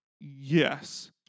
Yes